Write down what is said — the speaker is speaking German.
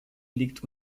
liegt